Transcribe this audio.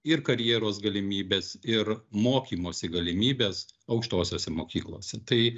ir karjeros galimybes ir mokymosi galimybes aukštosiose mokyklose tai